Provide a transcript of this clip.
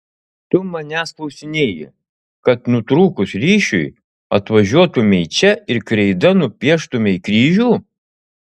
tu manęs klausinėji kad nutrūkus ryšiui atvažiuotumei čia ir kreida nupieštumei kryžių